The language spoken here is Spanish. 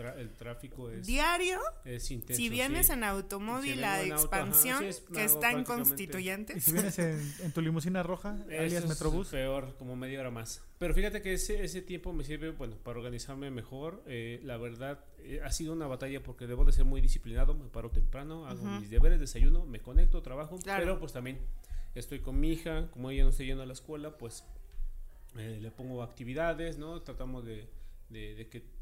el tráfico es- ¿Diario? es Si intenso, vienes sí. en automóvil Si a vengo en auto, ajá, sí, Expansión, es- que me hago está en prácticamente- Constituyentes. ¿Y si vienes en- en tu limusina roja, Eso alias es Metrobús? peor, como media hora más. Pero fíjate que ese- ese tiempo me sirve, bueno, para organizarme mejor. Eh, la verdad, eh, ha sido una batalla porque debo de ser muy disciplinado, me paro temprano, hago Ujú. mis deberes, desayuno, me conecto, trabajo, Claro. pero, pues, también estoy con mi hija, como ella no está yendo a la escuela, pues, eh, le pongo actividades, ¿no? Tratamos de- de- de que